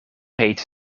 heet